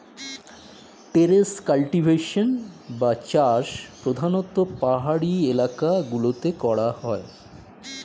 terrace cultivation বা চাষ প্রধানতঃ পাহাড়ি এলাকা গুলোতে করা হয়